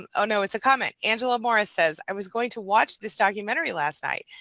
um oh, no it's a comment, angela morris says i was going to watch this documentary last night,